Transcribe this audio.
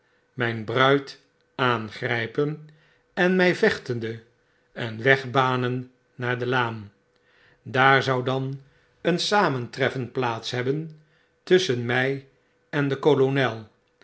myn bruid aangrijpen en my vechtende een weg banen naar de laan daar zou dan een samentreffen plaats hebben tusschen my en den kolonel